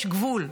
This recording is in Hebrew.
יש גבול.